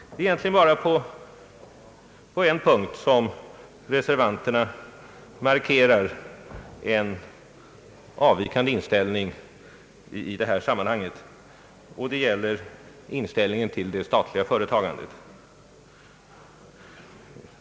Det är egentligen bara på en punkt som reservanterna markerar en avvikande inställning i detta sammanhang. Det gäller inställningen till det statliga företagandet.